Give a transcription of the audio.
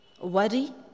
worry